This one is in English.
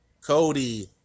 Cody